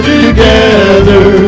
together